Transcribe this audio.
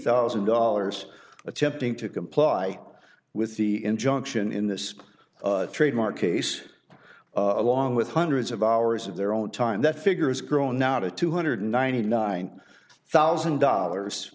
thousand dollars attempting to comply with the injunction in this trademark case along with hundreds of hours of their own time that figure is grown out of two hundred and ninety nine thousand dollars